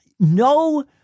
No